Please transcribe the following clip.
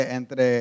entre